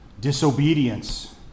disobedience